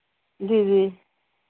ਜੀ ਜੀ